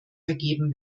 vergeben